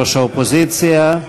ראש האופוזיציה.